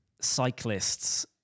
cyclists